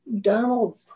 Donald